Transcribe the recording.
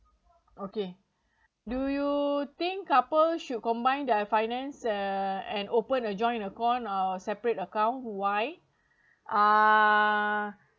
okay do you think couple should combine the finance uh and open a joint account or separate account why err